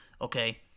okay